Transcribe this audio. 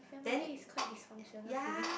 family is quite dysfunctional feeling